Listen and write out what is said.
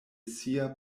sia